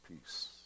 peace